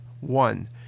One